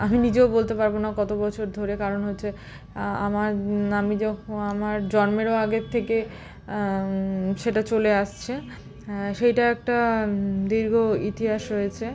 আমি নিজেও বলতে পারব না কত বছর ধরে কারণ হচ্ছে আমার আমি যখন আমার জন্মেরও আগে থেকে সেটা চলে আসছে হ্যাঁ সেটা একটা দীর্ঘ ইতিহাস রয়েছে